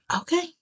Okay